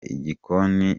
igikoni